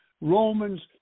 Romans